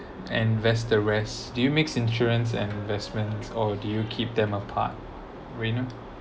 and vest the rest do you mix insurance and investments or do you keep them apart reina